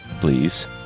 please